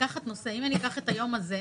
אם אני אקח את היום הזה,